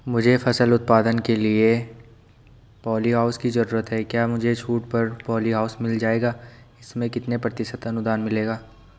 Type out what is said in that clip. मुझे फसल उत्पादन के लिए प ॉलीहाउस की जरूरत है क्या मुझे छूट पर पॉलीहाउस मिल जाएगा इसमें कितने प्रतिशत अनुदान मिलेगा?